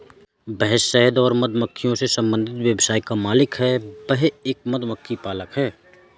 वह शहद और मधुमक्खियों से संबंधित व्यवसाय का मालिक है, वह एक मधुमक्खी पालक है